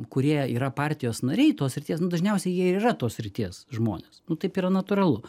kurie yra partijos nariai tos srities nu dažniausiai jie ir yra tos srities žmonės nu taip yra natūralu